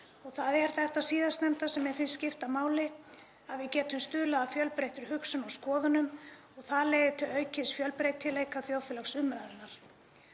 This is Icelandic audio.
Það er þetta síðastnefnda sem mér finnst skipta máli, að við getum stuðlað að fjölbreyttri hugsun og skoðunum. Það leiðir til aukins fjölbreytileika þjóðfélagsumræðunnar